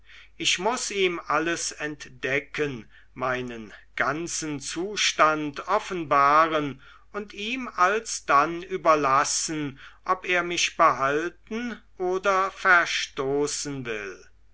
ich muß ihm alles entdecken meinen ganzen zustand offenbaren und ihm alsdann überlassen ob er mich behalten oder verstoßen will